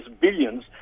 billions